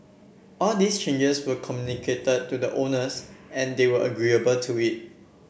all these changes were communicated to the owners and they were agreeable to it